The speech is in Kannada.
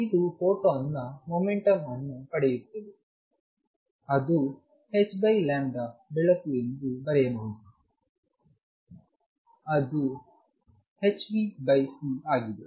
ಇದು ಫೋಟಾನ್ನ ಮೊಮೆಂಟಂ ಅನ್ನು ಪಡೆಯುತ್ತದೆ ಅದುhಬೆಳಕು ಎಂದು ಬರೆಯಬಹುದು ಅದುhνc ಆಗಿದೆ